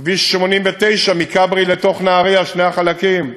כביש 89 מכברי לתוך נהריה, שני החלקים,